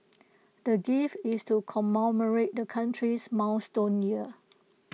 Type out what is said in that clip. the gift is to commemorate the country's milestone year